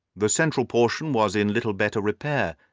the central portion was in little better repair,